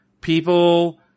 people